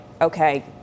okay